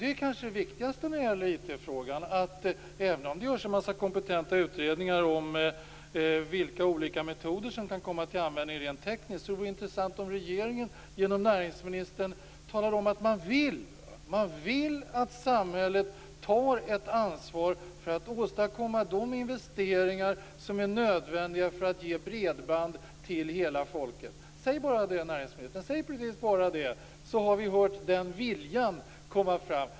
Det kanske är det viktigaste när det gäller IT-frågan: Även om det görs en massa kompetenta utredningar om vilka olika metoder som kan komma till användning rent tekniskt vore det intressant om regeringen genom näringsministern talar om att man vill att samhället tar ett ansvar för att åstadkomma de investeringar som är nödvändiga för att ge bredband till hela folket. Säg bara det, näringsministern! Säg precis bara det, så har vi hört den viljan komma fram.